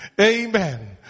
amen